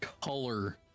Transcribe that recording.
color